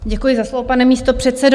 Děkuji za slovo, pane místopředsedo.